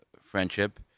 friendship